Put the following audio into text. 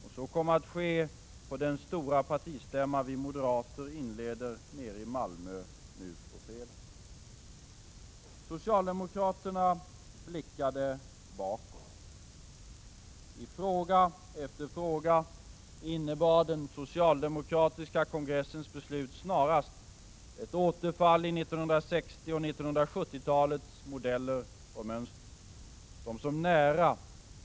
Och så kommer att ske på den stora partistämma vi moderater inleder nere i Malmö nu på fredag. Socialdemokraterna blickade bakåt. I fråga efter fråga innebar den socialdemokratiska kongressens beslut snarast ett återfall i 1960 och 1970-talens modeller och mönster.